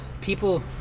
People